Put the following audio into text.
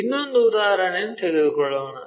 ಇನ್ನೊಂದು ಉದಾಹರಣೆಯನ್ನು ತೆಗೆದುಕೊಳ್ಳೋಣ